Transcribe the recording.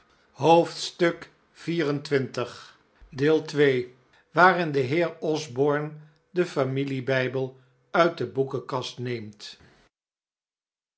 stemmenwerver xxiv waarin de heer osborne den familiebijbel uit de boekenkast neemt